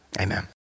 amen